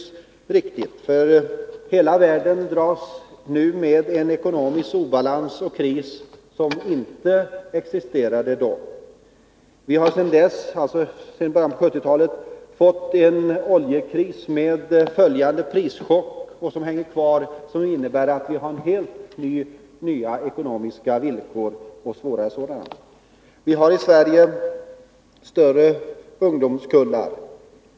Det är riktigt, för hela världen dras nu med en ekonomisk obalans och en kris som inte existerade då. Vi har sedan början på 1970-talet haft en oljekris med följande prischock, som stannat kvar och som innebär att vi har helt nya ekonomiska villkor och svåra sådana. Vi har i Sverige större ungdomskullar.